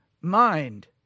mind